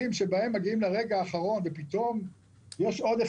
מקרים שבהם מגיעים לרגע האחרון ופתאום יש עודף